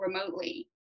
remotely